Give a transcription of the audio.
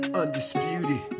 undisputed